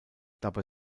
dabei